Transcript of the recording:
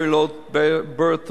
very low birth weight,